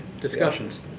discussions